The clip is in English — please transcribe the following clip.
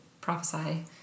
prophesy